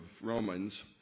Romans